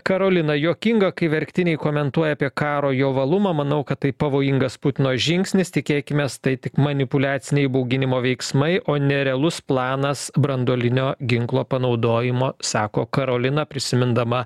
karolina juokinga kai verktiniai komentuoja apie karo jovalumą manau kad tai pavojingas putino žingsnis tikėkimės tai tik manipuliaciniai bauginimo veiksmai o ne realus planas branduolinio ginklo panaudojimo sako karolina prisimindama